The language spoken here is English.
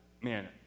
man